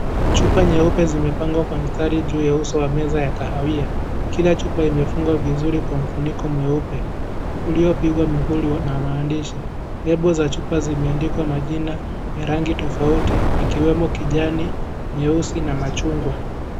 Chupa nyeupe zimepangwa kwa mstari juu ya uso wa meza ya kahawia. Kila chupa imefungwa vizuri kwa mfuniko mweupe, uliopigwa muhuri na maandishi. Lebo za chupa zimeandikwa majina ya rangi tofauti, yakiwemo kijani, nyeusi, na machungwa.